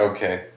Okay